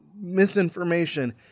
misinformation